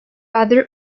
other